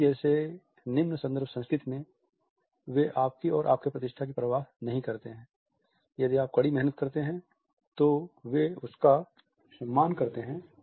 Germany जैसी निम्न संदर्भ संस्कृति में वे आपकी और आपके प्रतिष्ठा की परवाह नहीं करते हैं यदि आप कड़ी मेहनत करते हैं तो वे उनका सम्मान करते हैं